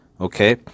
okay